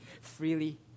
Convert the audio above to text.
freely